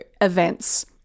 events